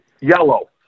yellow